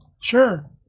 sure